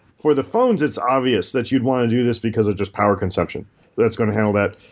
for the phones, it's obvious that you'd want to do this because of just power consumption that's going to handle that.